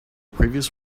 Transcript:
previous